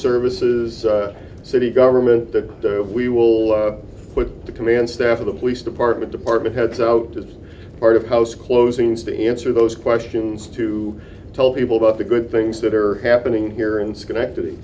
services city government the we will put the command staff of the police department department heads out as part of house closings to answer those questions to tell people about the good things that are happening here in schenectady